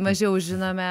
mažiau žinome